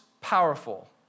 powerful